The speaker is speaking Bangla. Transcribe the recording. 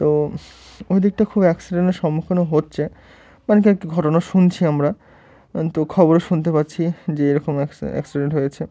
তো ওই দিকটা খুব অ্যাক্সিডেন্টের সম্মুখীনও হচ্ছে মানে কি একটি ঘটনা শুনছি আমরা তো খবরও শুনতে পাচ্ছি যে এরকমাক অ্যাক্সিডেন্ট হয়েছে